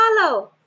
follow